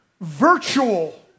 virtual